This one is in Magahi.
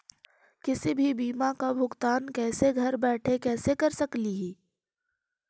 किसी भी बीमा का भुगतान कैसे घर बैठे कैसे कर स्कली ही?